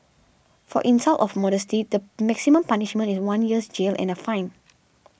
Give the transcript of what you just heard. for insult of modesty the maximum punishment is one year's jail and a fine